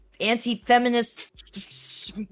anti-feminist